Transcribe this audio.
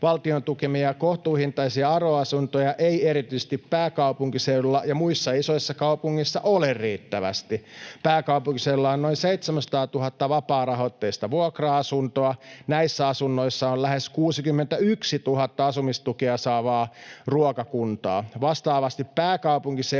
Valtion tukemia kohtuuhintaisia ARA-asuntoja ei erityisesti pääkaupunkiseudulla ja muissa isoissa kaupungeissa ole riittävästi. Pääkaupunkiseudulla on noin 700 000 vapaarahoitteista vuokra-asuntoa, ja näissä asunnoissa on lähes 61 000 asumistukea saavaa ruokakuntaa. Vastaavasti pääkaupunkiseudun